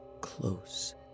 close